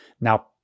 now